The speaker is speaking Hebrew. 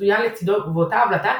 מצוין לצדו ובאותה הבלטה,